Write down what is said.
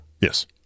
Yes